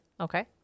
Okay